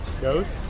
Ghost